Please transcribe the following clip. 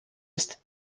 ist